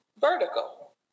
vertical